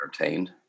entertained